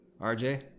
RJ